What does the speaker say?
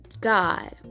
God